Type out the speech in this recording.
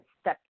step